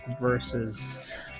versus